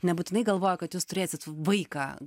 nebūtinai galvojo kad jūs turėsit vaiką